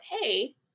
Hey